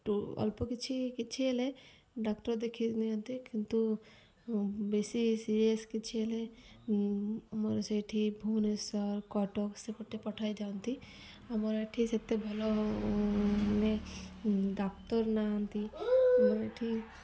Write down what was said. ଅଳ୍ପ କିଛି କିଛି ହେଲେ ଡାକ୍ତର ଦେଖି ନିଅନ୍ତି କିନ୍ତୁ ବେଶୀ ସିରିୟସ କିଛି ହେଲେ ଆମର ସେଇଠି ଭୁବନେଶ୍ୱର କଟକ ସେପଟେ ପଠାଇ ଯାଆନ୍ତି ଆମର ଏଠି ସେତେ ଭଲ ମାନେ ଡାକ୍ତର ନାହାନ୍ତି ଆମ ଏଠି